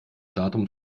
datum